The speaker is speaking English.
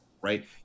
right